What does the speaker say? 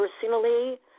personally